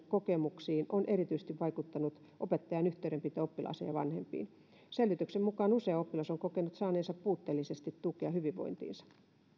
kokemuksiin on erityisesti vaikuttanut opettajan yhteydenpito oppilaaseen ja vanhempiin selvityksen mukaan usea oppilas on kokenut saaneensa puutteellisesti tukea hyvinvointiinsa